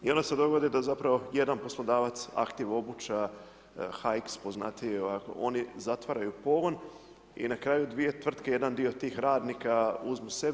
I onda se dogodi da zapravo jedan poslodavac Activ obuća HX poznatiji oni zatvaraju pogon i na kraju dvije tvrtke, jedan dio tih radnika uzmu sebi.